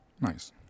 Nice